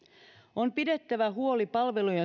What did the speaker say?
on pidettävä huoli palvelujen